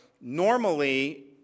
normally